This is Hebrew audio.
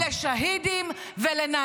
הם בורחים מהמליאה.